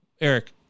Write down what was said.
Eric